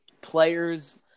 players